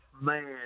Man